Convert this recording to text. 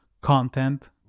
content